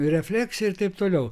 refleksija ir taip toliau